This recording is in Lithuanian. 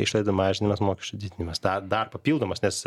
išlaidų mažinimas mokesčių didinimas tai dar papildomas nes